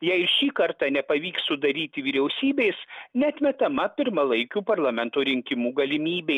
jei šį kartą nepavyks sudaryti vyriausybės neatmetama pirmalaikių parlamento rinkimų galimybė